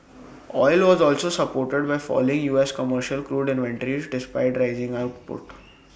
oil was also supported by falling U S commercial crude inventories despite rising output